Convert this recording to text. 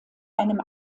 einem